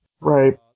Right